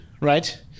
right